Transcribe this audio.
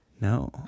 No